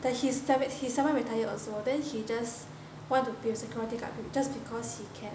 that he's semi semi retire also then he just want to be a security guard just because he can